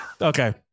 Okay